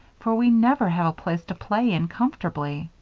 for we never have a place to play in comfortably.